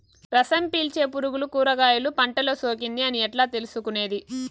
రసం పీల్చే పులుగులు కూరగాయలు పంటలో సోకింది అని ఎట్లా తెలుసుకునేది?